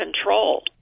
control